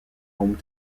home